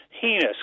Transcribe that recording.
heinous